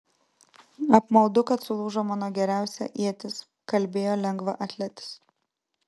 apmaudu kad sulūžo mano geriausia ietis kalbėjo lengvaatletis